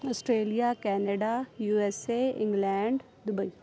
Australia Canada USA England Dubai